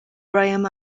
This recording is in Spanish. bryan